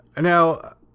Now